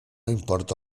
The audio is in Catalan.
importa